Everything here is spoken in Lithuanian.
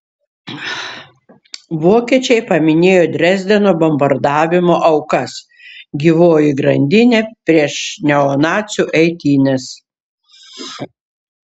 vokiečiai paminėjo dresdeno bombardavimo aukas gyvoji grandinė prieš neonacių eitynes